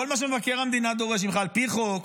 כל מה שמבקר המדינה דורש ממך על פי חוק,